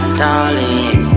darling